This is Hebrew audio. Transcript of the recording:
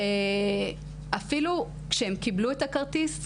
אפילו כשהם קיבלו את הכרטיס,